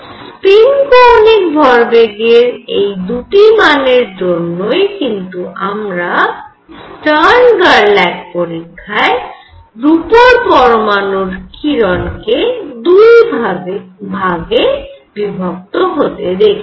spin কৌণিক ভরবেগের এই দুটি মানের জন্যই কিন্তু আমরা স্টার্ন গারল্যাক পরীক্ষায় রুপোর পরমাণুর কিরণ কে দুই ভাগে বিভক্ত হতে দেখি